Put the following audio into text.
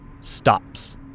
stops